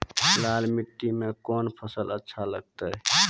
लाल मिट्टी मे कोंन फसल अच्छा लगते?